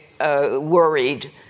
worried